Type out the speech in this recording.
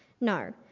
No